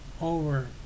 over